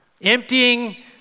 emptying